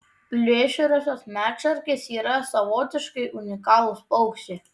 plėšriosios medšarkės yra savotiškai unikalūs paukščiai